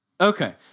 Okay